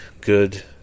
good